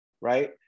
right